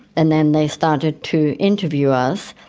and then they started to interview us.